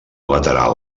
lateral